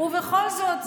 ובכל זאת,